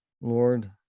Lord